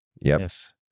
Yes